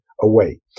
away